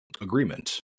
agreement